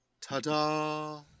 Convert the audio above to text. Ta-da